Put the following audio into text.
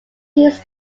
used